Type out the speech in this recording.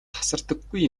тасардаггүй